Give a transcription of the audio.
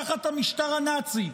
תחת המשטר הנאצי,